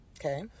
Okay